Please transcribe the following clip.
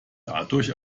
dadurch